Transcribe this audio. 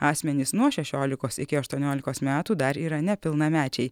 asmenys nuo šešiolikos iki aštuoniolikos metų dar yra nepilnamečiai